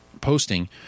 posting